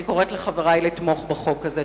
אני קוראת לחברי לתמוך בחוק הזה.